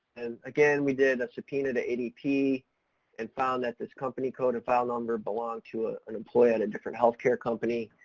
and again we did a subpoena to adp and found that this company code and file number belonged to ah an employee at a different health care company,